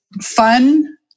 fun